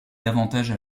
davantage